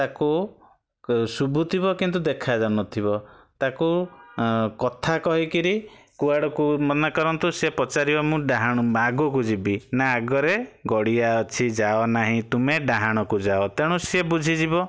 ତାକୁ ଶୁଭୁଥିବ କିନ୍ତୁ ଦେଖାଯାଉନଥିବ ତାକୁ କଥା କହିକିରି କୁଆଡ଼କୁ ମନା କରନ୍ତୁ ସେ ପଚାରିବ ମୁଁ ଡାହାଣ ଆଗୁକୁ ଯିବି ନା ଆଗରେ ଗଡ଼ିଆ ଅଛି ଯାଅ ନାହିଁ ତୁମେ ଡାହାଣକୁ ଯାଅ ତେଣୁ ସିଏ ବୁଝିଯିବ